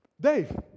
Dave